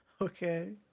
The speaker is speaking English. Okay